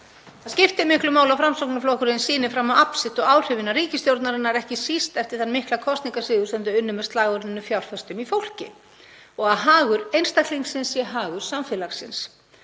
Það skiptir miklu máli að Framsóknarflokkurinn sýni fram á afl sitt og áhrif innan ríkisstjórnarinnar, ekki síst eftir þann mikla kosningasigur sem hann vann með slagorðinu „fjárfestum í fólki“, og að hagur einstaklingsins sé hagur samfélagsins.